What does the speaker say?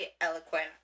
eloquent